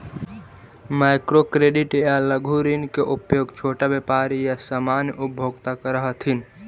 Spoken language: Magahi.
माइक्रो क्रेडिट या लघु ऋण के उपयोग छोटा व्यापारी या सामान्य उपभोक्ता करऽ हथिन